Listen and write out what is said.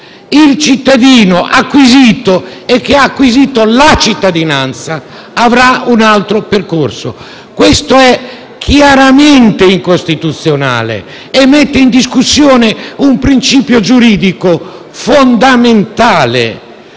il cittadino acquisito e che ha acquisito la cittadinanza avrà un altro percorso. Questo è chiaramente incostituzionale e mette in discussione un principio giuridico fondamentale.